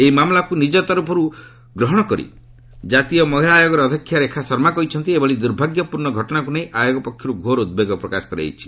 ଏହି ମାମଲାକୁ ନିକ ତରଫରୁ ଗ୍ରହଣ କରି ଜାତୀୟ ମହିଳା ଆୟୋଗର ଅଧ୍ୟକ୍ଷା ରେଖା ଶର୍ମା କହିଛନ୍ତି ଏଭଳି ଦୂର୍ଭାଗ୍ୟପୂର୍ଣ୍ଣ ଦୁର୍ଘଟଣାକୁ ନେଇ ଆୟୋଗ ପକ୍ଷରୁ ଘୋର ଉଦ୍ବେଗ ପ୍ରକାଶ କରାଯାଇଛି